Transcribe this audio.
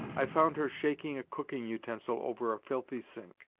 i found her shaking a cooking utensil over a filthy sink.